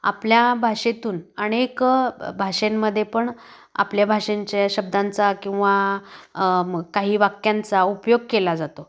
आपल्या भाषेतून अनेक भ भ भाषेंमध्ये पण आपल्या भाषेंच्या शब्दांचा किंवा काही वाक्यांचा उपयोग केला जातो